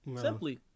simply